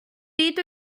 pryd